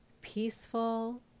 peaceful